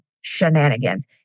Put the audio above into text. shenanigans